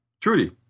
Trudy